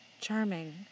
Charming